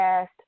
asked